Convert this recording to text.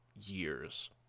years